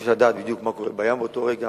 אי-אפשר לדעת בדיוק מה קורה בים באותו רגע,